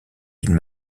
d’une